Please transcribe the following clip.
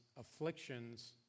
afflictions